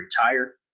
retire